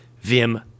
vim